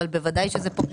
אבל בוודאי שזה פוגע